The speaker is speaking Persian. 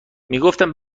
میگفتند